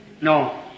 No